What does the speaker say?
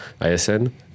ISN